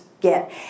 get